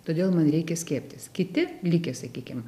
todėl man reikia slėptis kiti likę sakykim